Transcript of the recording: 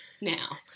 now